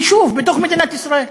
יישוב בתוך מדינת ישראל.